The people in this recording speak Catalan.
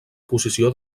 posició